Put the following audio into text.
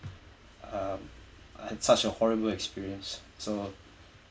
um I had such a horrible experience so